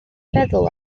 feddwl